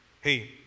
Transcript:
hey